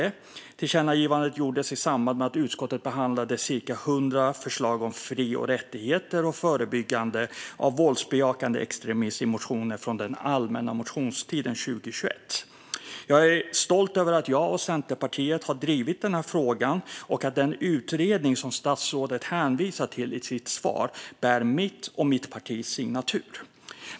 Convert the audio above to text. Tillkännagivandet gjordes i samband med att utskottet behandlade ca 100 förslag om fri och rättigheter och förebyggande av våldsbejakande extremism i motioner från allmänna motionstiden 2021. Jag är stolt över att jag och Centerpartiet har drivit frågan och att den utredning som statsrådet hänvisar till i sitt svar bär mitt och mitt partis signatur.